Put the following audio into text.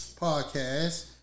podcast